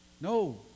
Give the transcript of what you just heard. no